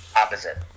Opposite